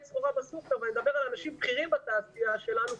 סחורה בסופר ואני מדבר על אנשים בכירים בתעשייה שלנו,